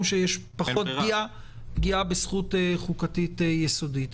שיש פחות פגיעה בזכות חוקתית יסודית.